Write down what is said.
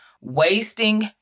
wasting